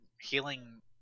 healing